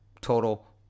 total